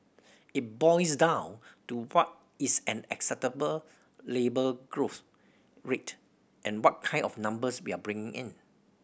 it boils down to what is an acceptable labour growth rate and what kind of numbers we are bringing in